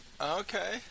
Okay